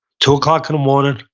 two o'clock in the morning.